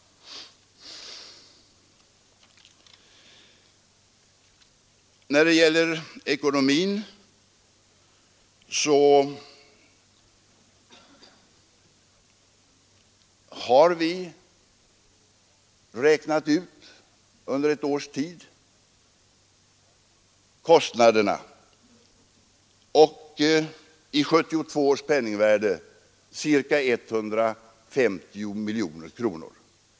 När det gäller ekonomin har vi räknat ut att kostnaderna för förbandet skulle bli ca 150 miljoner kronor i 1972 års penningvärde.